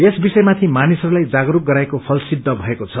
यस विषायमाथि मानिसहरूलाई जागरूक गराएको ुत सिद्ध भएको छ